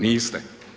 Niste.